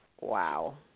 Wow